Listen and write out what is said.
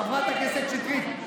חברת הכנסת שטרית,